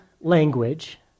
language